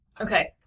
Okay